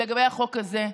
לגבי החוק הזה,